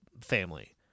family